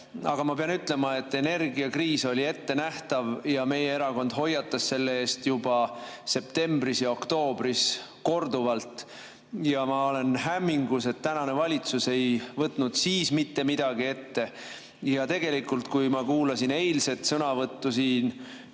Aga ma pean ütlema, et energiakriis oli ette nähtav ja meie erakond hoiatas selle eest juba septembris ja oktoobris korduvalt. Ja ma olen hämmingus, et tänane valitsus ei võtnud siis mitte midagi ette. Ma kuulasin eilset sõnavõttu siin,